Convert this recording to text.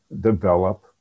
develop